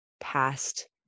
past